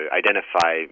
identify